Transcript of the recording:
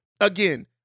again